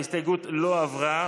ההסתייגות לא התקבלה.